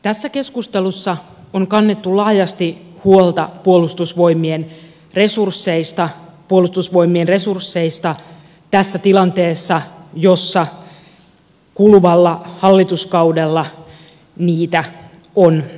tässä keskustelussa on kannettu laajasti huolta puolustusvoimien resursseista puolustusvoimien resursseista tässä tilanteessa jossa kuluvalla hallituskaudella niitä on leikattu